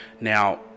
Now